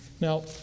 Now